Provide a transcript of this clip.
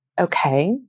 okay